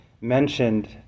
mentioned